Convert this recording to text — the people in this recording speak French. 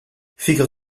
figure